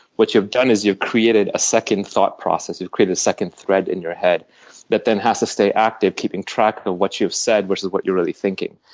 what you've done is you've created a second thought process. you've created a second thread in your head that then has to stay active, keeping track of what you've said which is what you're really thinking.